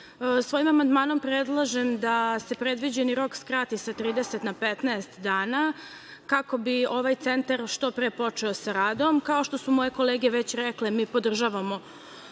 amandmanom predlažem da se predviđeni rok skrati sa 30 na 15 dana kako bi ovaj centar što pre počeo sa radom. Kao što su moje kolege već rekle, mi podržavamo